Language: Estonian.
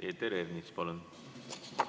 küsimuse eest! Ma